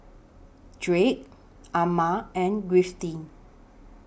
Drake Ammon and Griffith